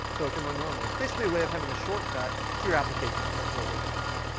so it can run normally. it's basically a way of having a shortcut to your applications. that's what a link file is.